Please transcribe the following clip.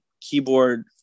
keyboard